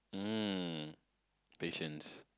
um patience